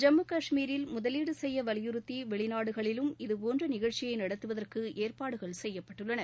ஜம்மு காஷ்மீரில் முதலீடு செய்ய வலியுறுத்தி வெளிநாடுகளிலும் இதுபோன்ற நிஷழ்ச்சியை நடத்துவதற்கு ஏற்பாடுகள் செய்யப்பட்டுள்ளன